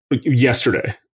yesterday